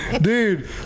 Dude